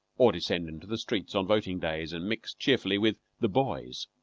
or descend into the streets on voting days and mix cheerfully with the boys?